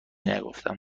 نگفتم